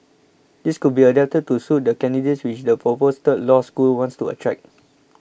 these could be adapted to suit the candidates which the proposed third law school wants to attract